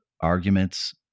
arguments